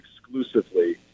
exclusively